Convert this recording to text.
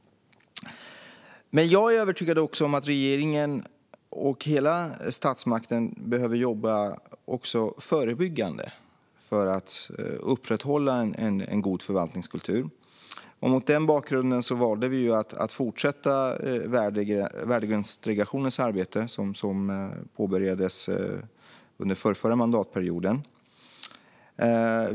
Jag är dock övertygad om att regeringen och hela statsmakten även behöver jobba förebyggande för att upprätthålla en god förvaltningskultur. Mot denna bakgrund valde vi att fortsätta Värdegrundsdelegationens arbete, som påbörjades under förrförra mandatperioden.